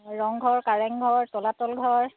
ৰংঘৰ কাৰেংঘৰ তলাতল ঘৰ